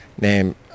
name